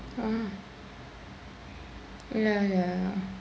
ah ya ya